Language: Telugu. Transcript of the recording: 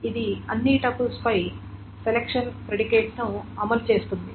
ఇది అన్ని టపుల్స్పై సెలక్షన్ ప్రిడికేట్ ను అమలు చేస్తుంది